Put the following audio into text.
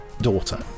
daughter